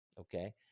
okay